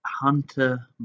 Hunter